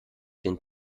den